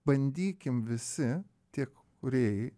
bandykim visi tiek kūrėjai